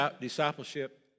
discipleship